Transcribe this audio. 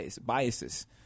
biases